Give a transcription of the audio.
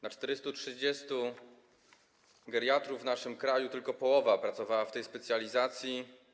Na 430 geriatrów w naszym kraju tylko połowa pracowała w tej specjalizacji.